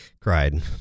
Cried